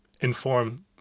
inform